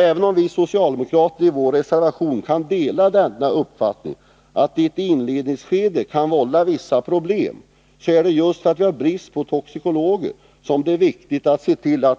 Även om vi socialdemokrater i vår reservation kan dela uppfattningen att det i ett inledningsskede kan uppstå vissa problem, så är det just för att vi har brist på toxikologer som det är viktigt att se på